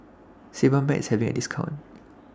Sebamed IS having A discount